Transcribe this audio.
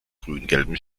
grüngelben